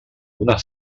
una